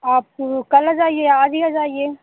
आप कल आ जाइए आज ही आ जाइए